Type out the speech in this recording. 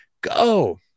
go